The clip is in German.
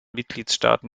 mitgliedstaaten